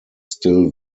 still